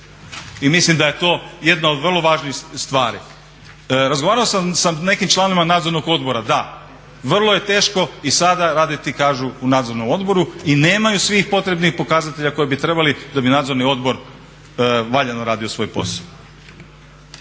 I mislim da je to jedna od vrlo važnih stvari. Razgovarao sam sa nekim članovima nadzornog odbora, da, vrlo je teško i sada raditi kažu u nadzornom odboru i nemaju svih potrebnih pokazatelja koje bi trebali da bi nadzorni odbor valjano radio svoj posao.